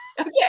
okay